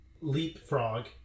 leapfrog